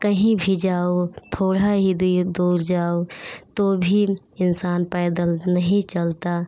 कहीं भी जाओ थोड़ा ही लिए दूर जाओ तो भी इन्सान पैदल नहीं चलता